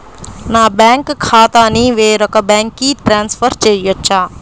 నా బ్యాంక్ ఖాతాని వేరొక బ్యాంక్కి ట్రాన్స్ఫర్ చేయొచ్చా?